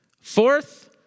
Fourth